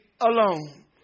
Alone